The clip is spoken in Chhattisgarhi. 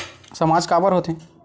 सामाज काबर हो थे?